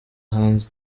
hanze